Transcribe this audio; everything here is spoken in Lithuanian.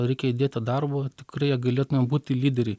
reikia įdėti darbo tikrai galėtumėm būti lyderiai